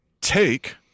take